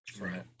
Right